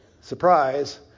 Surprise